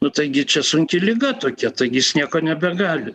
nu taigi čia sunki liga tokia taigi jis nieko nebegali